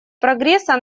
прогресса